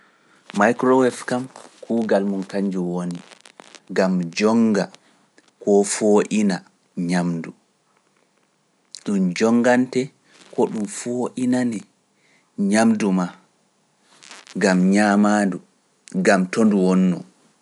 Microweb kam kuugal mum kannjum woni, ngam jonnga koo poo'ina nyaamndu, ɗum jonngante koo ɗum poo'inane nyaamndu maa ngam nyaamaa-ndu ngam to ndu wonnoo.